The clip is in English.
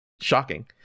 Shocking